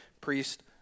priest